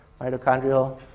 mitochondrial